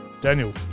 Daniel